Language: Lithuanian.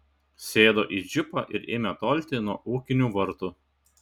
sėdo į džipą ir ėmė tolti nuo ūkinių vartų